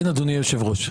כן אדוני היושב ראש.